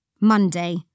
Monday